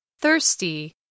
Thirsty